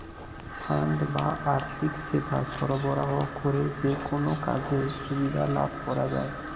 fund বা আর্থিক সেবা সরবরাহ করে যেকোনো কাজের সুবিধা লাভ করা যায়